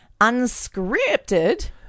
Unscripted